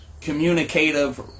communicative